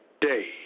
day